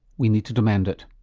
we need to demand it.